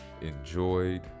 enjoyed